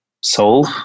solve